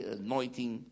anointing